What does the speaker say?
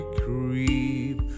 creep